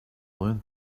learned